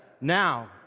now